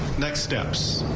next steps.